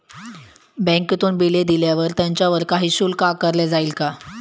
बँकेतून बिले दिल्यावर त्याच्यावर काही शुल्क आकारले जाईल का?